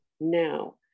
now